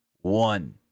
one